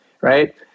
right